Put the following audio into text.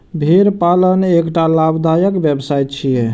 भेड़ पालन एकटा लाभदायक व्यवसाय छियै